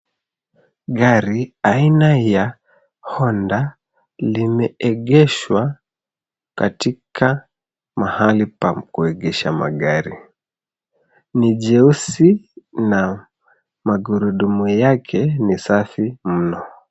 Gari aina ya Honda limeegeshwa katika mahali pa kuegesha magari. Ni jeusi na magurudumu yake ni safi mno.